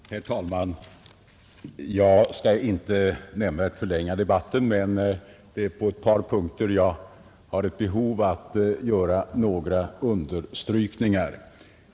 Herr talman! Jag skall inte nämnvärt förlänga debatten men det är på ett par punkter jag känner ett behov att göra några understrykningar.